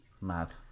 Mad